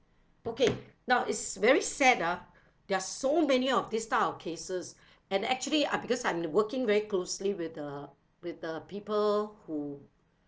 okay now it's very sad ah there are so many of these type of cases and actually ah because I'm working very closely with the with the people who